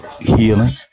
healing